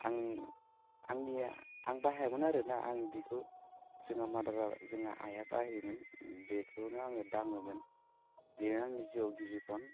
आं आंनिया आं बाहायामोन आरोना आं बिखौ जोंहा मादारा जोंहा आइआ बाहायोमोन बेखौनो आङो दाङोमोन बेयो आंनि जिउआव गिबि फन